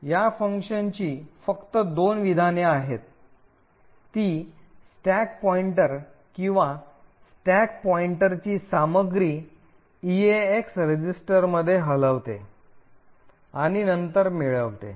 या फंक्शनची फक्त दोन विधाने आहेत ती स्टॅक पॉइंटर किंवा स्टॅक पॉईंटरची सामग्री ईएएक्स रजिस्टरमध्ये हलवते आणि नंतर मिळवते